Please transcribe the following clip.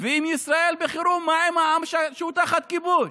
ואם ישראל בחירום, מה עם העם שהוא תחת כיבוש?